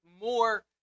more